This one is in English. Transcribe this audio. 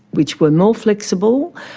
which were more flexible,